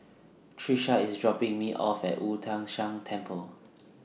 Trisha IS dropping Me off At Wu Tai Shan Temple